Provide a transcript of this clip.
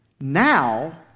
Now